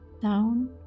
down